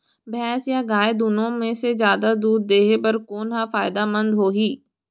भैंस या गाय दुनो म से जादा दूध देहे बर कोन ह फायदामंद होही?